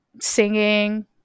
singing